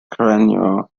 cranial